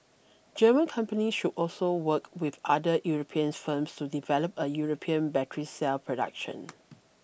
German companies should also work with other European firms to develop a European battery cell production